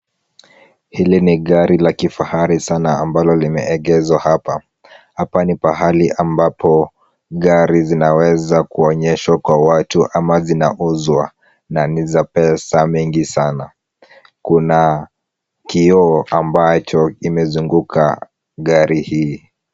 Hili ni gari la kifahari sana ambalo limeegeshwa hapa. Hapa ni pahali ambapo gari zinaweza kuonyeshwa kwa watu ama zinauzwa na ni za pesa mingi sana. Kuna kioo ambacho kimezunguka gari hii.